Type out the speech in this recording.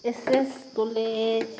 S S college